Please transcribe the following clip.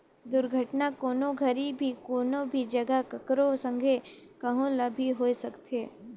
दुरघटना, कोनो घरी भी, कोनो भी जघा, ककरो संघे, कहो ल भी होए सकथे